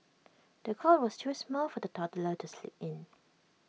the cot was too small for the toddler to sleep in